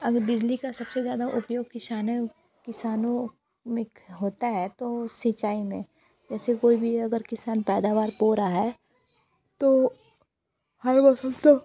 अगर बिजली का सब से ज़्यादा उपयोग किशाने किसानों में क होता है तो वो सिंचाई में जैसे कोई भी अगर किसान पैदावार बो रहा है तो हर मौसम तो